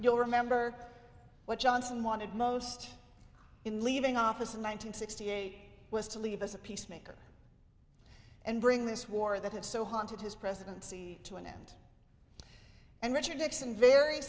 you'll remember what johnson wanted most in leaving office in one nine hundred sixty eight was to leave as a peace maker and bring this war that had so haunted his presidency to an end and richard nixon very